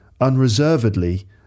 unreservedly